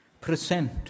Present